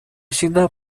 всегда